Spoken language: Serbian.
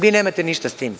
Vi nemate ništa sa tim.